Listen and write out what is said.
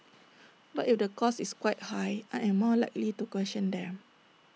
but if the cost is quite high I am more likely to question them